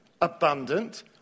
abundant